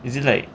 is it like